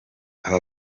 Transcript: aba